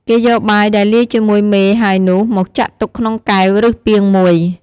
គេយកបាយដែលលាយជាមួយមេហើយនោះមកចាក់ទុកក្នុងកែវ ឬពាងមួយ ។